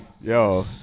Yo